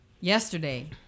yesterday